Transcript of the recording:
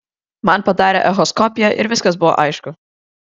man padarė echoskopiją ir viskas buvo aišku